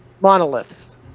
monoliths